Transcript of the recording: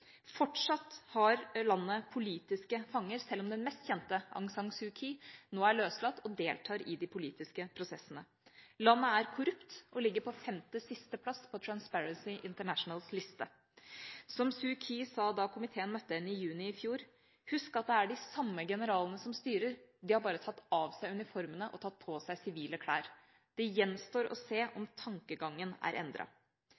Fortsatt har landet politiske fanger, selv om den mest kjente, Aung San Suu Kyi, nå er løslatt og deltar i de politiske prosessene. Landet er korrupt og ligger på femte siste plass på Transparency International’s liste. Som Suu Kyi sa da komiteen møtte henne i juni i fjor: Husk at det er de samme generalene som styrer. De har bare tatt av seg uniformene og tatt på seg sivile klær. Det gjenstår å se